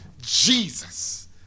jesus